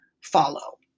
follow